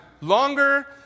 longer